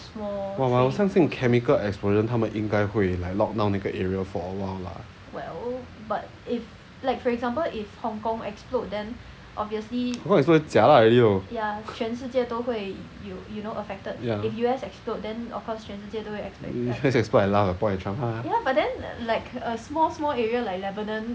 !walao! 我相信 chemical explosion 他们应该会来 lockdown 那个 area for awhile lah hong kong explode then jialat already loh ya U_S explode I laugh and point at trump